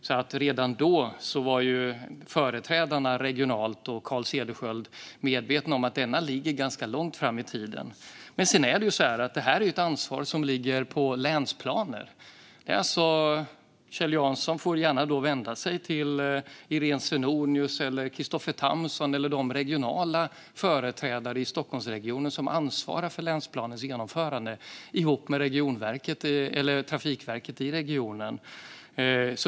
Redan då var alltså de regionala företrädarna och Carl Cederschiöld medvetna om att detta låg ganska långt fram i tiden. Sedan är det så att detta är ett ansvar som ligger på länsplaner. Kjell Jansson får gärna vända sig till Iréne Svenonius, Kristoffer Tamsons eller de regionala företrädare i Stockholmsregionen som ansvarar för länsplanens genomförande ihop med Trafikverket i regionen.